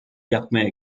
yapmaya